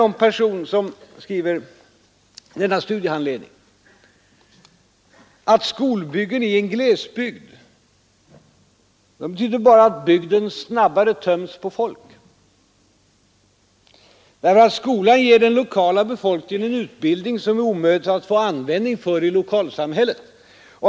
Någon skriver i denna studiehandledning: Skolbyggen i en glesbygd betyder bara att bygden snabbare töms på folk, där ör att skolan ger den lokala befolkningen en utbildning som det är omöjligt att få användning för i lokalsamhället.